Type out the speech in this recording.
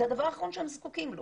זה הדבר האחרון שהם זקוקים לו.